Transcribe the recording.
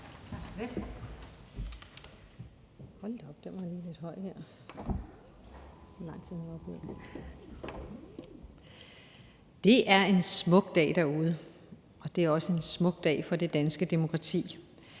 Det er en smuk dag derude, og det er også en smuk dag for det danske demokrati.